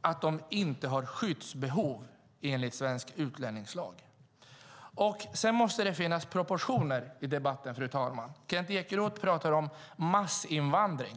att hälften av dem är barn - har skyddsbehov enligt svensk utlänningslag? Det måste finnas proportioner i debatten, fru talman. Kent Ekeroth talar om massinvandring.